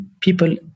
people